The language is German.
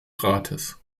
rates